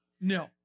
No